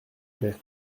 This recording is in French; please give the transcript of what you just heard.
plaît